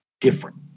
different